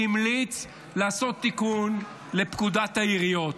והמליץ לעשות תיקון לפקודת העיריות.